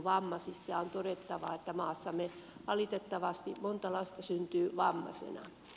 on todettava että maassamme valitettavasti monta lasta syntyy vammaisena